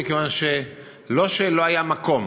לא משום שלא היה מקום.